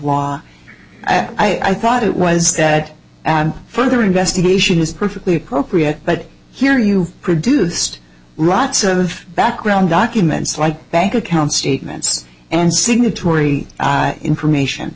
law i thought it was that and further investigation is perfectly appropriate but here you produced rights of background documents like bank account statements and signatory information